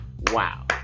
Wow